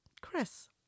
Chris